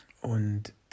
Und